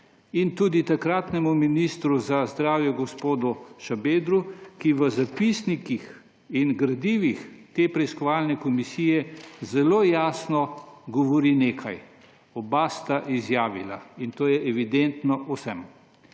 in tudi takratnemu ministru za zdravje gospod Šabedru, ki v zapisnikih in gradivih te preiskovalne komisije zelo jasno govori nekaj. Oba sta izjavila in to je evidentno vsem,